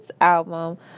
album